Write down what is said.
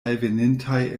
alvenintaj